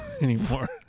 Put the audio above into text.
anymore